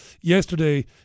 Yesterday